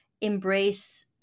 embrace